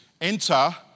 enter